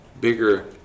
bigger